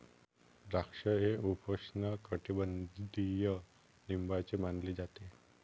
द्राक्षे हे उपोष्णकटिबंधीय लिंबाचे झाड मानले जाते